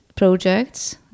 projects